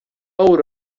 ouro